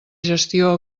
gestió